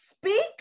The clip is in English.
Speak